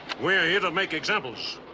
we are here to make examples.